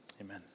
Amen